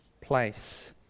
place